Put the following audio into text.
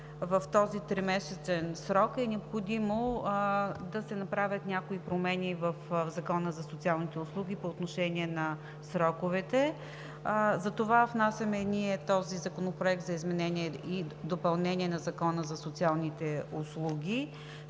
в този тримесечен срок, е необходимо да се направят някои промени в ЗСУ по отношение на сроковете. Ние внасяме този Законопроект за изменение и допълнение на Закона за социалните услуги